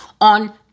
on